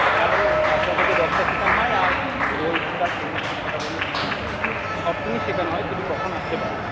সকালে সাতটা থেকে দশটা শেখানো হয় আর ওই বিকাল তিনটা থেকে ছটা পর্যন্ত শেখানো হয় সব দিনই শেখানো হয় তুমি কখন আসতে পারবে